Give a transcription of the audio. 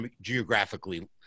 geographically